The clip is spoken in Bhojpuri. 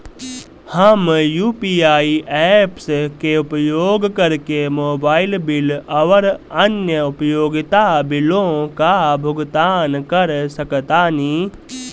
हम यू.पी.आई ऐप्स के उपयोग करके मोबाइल बिल आउर अन्य उपयोगिता बिलों का भुगतान कर सकतानी